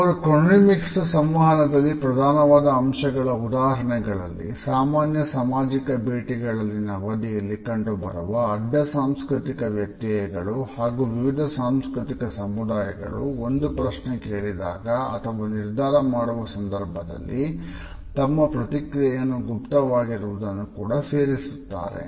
ಅವರು ಕ್ರೋನೆಮಿಕ್ಸ್ ನ ಸಂವಹನದಲ್ಲಿ ಪ್ರಧಾನವಾದ ಅಂಶಗಳ ಉದಾಹರಣೆಗಳಲ್ಲಿ ಸಾಮಾನ್ಯ ಸಾಮಾಜಿಕ ಭೇಟಿಗಳಲ್ಲಿನ ಅವಧಿಯಲ್ಲಿ ಕಂಡುಬರುವ ಅಡ್ಡ ಸಾಂಸ್ಕೃತಿಕ ವ್ಯತ್ಯಯಗಳು ಹಾಗೂ ವಿವಿಧ ಸಾಂಸ್ಕೃತಿಕ ಸಮುದಾಯಗಳು ಒಂದು ಪ್ರಶ್ನೆ ಕೇಳಿದಾಗ ಅಥವಾ ನಿರ್ಧಾರ ಮಾಡುವ ಸಂದರ್ಭದಲ್ಲಿ ತಮ್ಮ ಪ್ರತಿಕ್ರಿಯೆಯನ್ನು ಗುಪ್ತವಾಗಿರುವುದನ್ನು ಕೂಡ ಸೇರಿಸುತ್ತಾರೆ